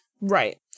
Right